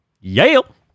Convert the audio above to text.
Yale